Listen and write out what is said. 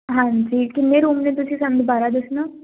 ਹਾਂਜੀ ਕਿੰਨੇ ਰੂਮ ਨੇ ਤੁਸੀਂ ਸਾਨੂੰ ਦੁਬਾਰਾ ਦੱਸਣਾ